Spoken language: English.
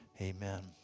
Amen